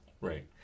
right